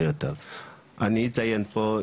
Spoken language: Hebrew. אני אציין פה,